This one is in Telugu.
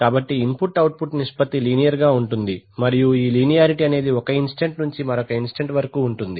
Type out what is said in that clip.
కాబట్టి ఇన్పుట్ అవుట్పుట్ నిష్పత్తి లీనియర్ గా ఉంటుంది మరియు ఈ లీనియారిటీ అనేది ఒక ఇంస్టంట్ నుండి ఇంస్టంట్ వరకు ఉంటుంది